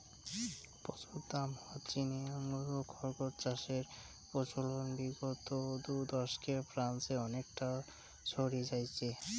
প্রচুর দাম হওয়ার জিনে আঙ্গোরা খরগোস চাষের প্রচলন বিগত দু দশকে ফ্রান্সে অনেকটা ছড়ি যাইচে